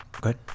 good